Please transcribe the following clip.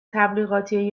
تبلیغاتی